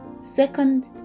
Second